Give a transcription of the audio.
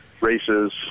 races